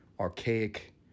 archaic